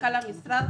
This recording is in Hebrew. מנכ"ל המשרד